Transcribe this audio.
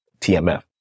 TMF